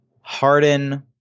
Harden